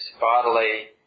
bodily